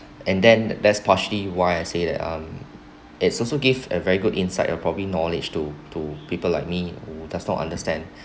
and then there's partially why I say that um it's also give a very good insight probably knowledge to to people like me who does not understand